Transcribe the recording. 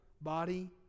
body